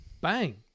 bang